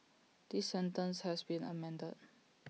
this sentence has been amended